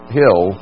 hill